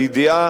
בידיעה